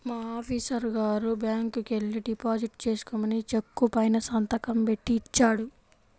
మా ఆఫీసరు గారు బ్యాంకుకెల్లి డిపాజిట్ చేసుకోమని చెక్కు పైన సంతకం బెట్టి ఇచ్చాడు